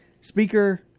speaker